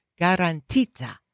Garantita